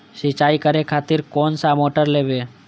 सीचाई करें खातिर कोन सा मोटर लेबे?